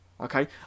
Okay